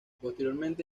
posteriormente